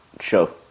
show